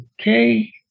Okay